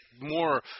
more